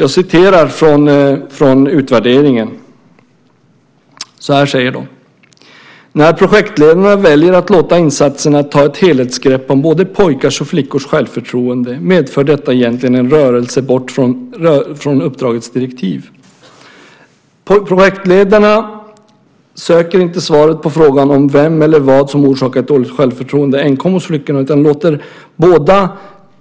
Så här säger man i utvärderingen: När projektledarna väljer att låta insatserna ta ett helhetsgrepp om både pojkars och flickors självförtroende medför detta egentligen en rörelse bort från uppdragets direktiv. Projektledarna söker inte svaret på frågan om vem eller vad som har orsakat dåligt självförtroende enkom hos flickorna utan låter